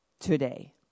today